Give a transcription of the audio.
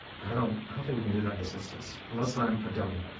i don't i don't think we can do that in this instance unless i'm a dummy.